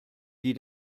die